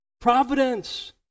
providence